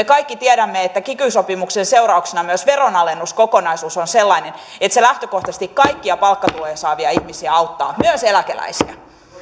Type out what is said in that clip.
kaikki tiedämme että kiky sopimuksen seurauksena myös veronalennuskokonaisuus on sellainen että se lähtökohtaisesti kaikkia palkkatuloja saavia ihmisiä auttaa myös eläkeläisiä